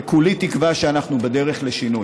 וכולי תקווה שאנחנו בדרך לשינוי.